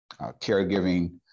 caregiving